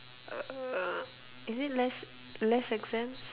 uh is it less less exams